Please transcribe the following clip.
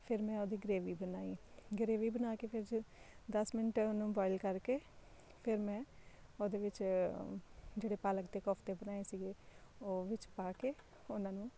ਫਿਰ ਮੈਂ ਉਹਦੀ ਗਰੇਵੀ ਬਣਾਈ ਗਰੇਵੀ ਬਣਾ ਕੇ ਫਿਰ ਜ ਦਸ ਮਿੰਟ ਉਹਨੂੰ ਬੋਇਲ ਕਰਕੇ ਫਿਰ ਮੈਂ ਉਹਦੇ ਵਿੱਚ ਜਿਹੜੇ ਪਾਲਕ ਦੇ ਕੋਫਤੇ ਬਣਾਏ ਸੀਗੇ ਉਹ ਵਿੱਚ ਪਾ ਕੇ ਉਹਨਾਂ ਨੂੰ